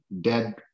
dead